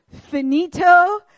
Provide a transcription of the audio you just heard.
Finito